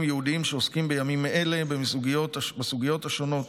ייעודיים שעוסקים בימים אלה בסוגיות השונות